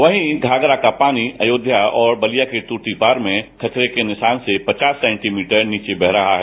वहीं घाघरा का पानी अयोध्या और बलिया के तूर्तीपार में खतरे के निशान से पचास सेंटीमीटर नीचे बह रहा है